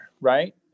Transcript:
Right